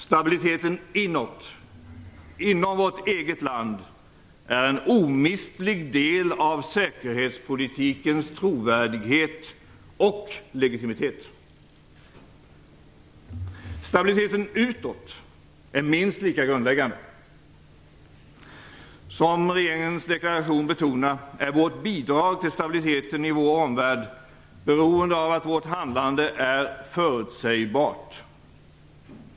Stabiliteten inåt - inom vårt eget land - är en omistlig del av säkerhetspolitikens trovärdighet och legitimitet. Stabiliteten utåt är minst lika grundläggande. Som regeringens deklaration betonar är vårt bidrag till stabiliteten i vår omvärld beroende av att vårt handlande är förutsägbart.